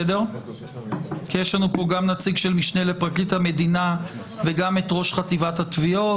יש לנו כאן גם נציג של משנה לפרקליט המדינה וגם את ראש חטיבת התביעות